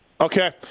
Okay